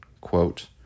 quote